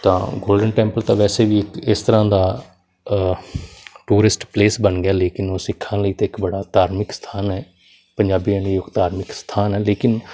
ਤਾਂ golden temple ਤਾਂ ਵੈਸੇ ਵੀ ਇਸ ਤਰ੍ਹਾਂ ਦਾ ਟੂਰਿਸਟ ਪਲੇਸ ਬਣ ਗਿਆ ਲੇਕਿਨ ਉਹ ਸਿੱਖਾਂ ਲਈ ਤਾਂ ਇੱਕ ਬੜਾ ਧਾਰਮਿਕ ਸਥਾਨ ਹੈ ਪੰਜਾਬੀਆਂ ਲਈ ਉਹ ਇੱਕ ਧਾਰਮਿਕ ਸਥਾਨ ਹੈ ਲੇਕਿਨ